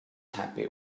happy